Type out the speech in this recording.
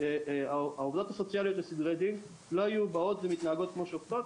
העובדות הסוציאליות לסדרי דין לא היו באות ומתנהגות כמו שופטות,